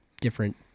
different